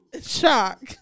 Shock